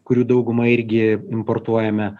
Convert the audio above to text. kurių daugumą irgi importuojame